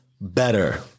better